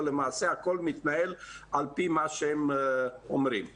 ולמעשה הכול מתנהל על פי מה שהם אומרים.